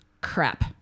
crap